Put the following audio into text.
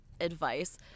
advice